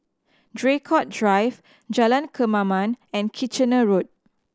Draycott Drive Jalan Kemaman and Kitchener Road